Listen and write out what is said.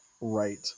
right